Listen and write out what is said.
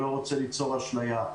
לא רוצה ליצור אשליה,